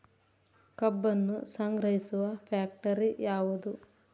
ಕಬ್ಬನ್ನು ಸಂಗ್ರಹಿಸುವ ಫ್ಯಾಕ್ಟರಿ ಯಾವದು?